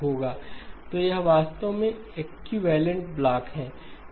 तो ये वास्तव में एक्विवैलेन्ट ब्लॉक हैं